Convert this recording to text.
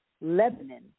Lebanon